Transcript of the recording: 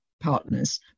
partners